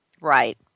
Right